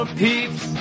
peeps